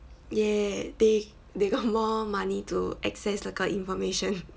yeah they they got more money to access 那个 information